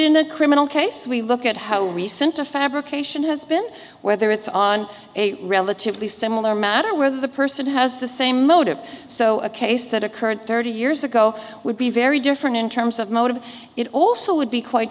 the criminal case we look at how we sent a fabrication has been whether it's on a relatively similar matter where the person has the same motive so a case that occurred thirty years ago would be very different in terms of motive it also would be quite